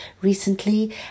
recently